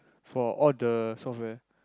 for all the software